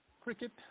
cricket